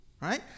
Right